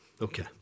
Okay